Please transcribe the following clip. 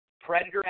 Predator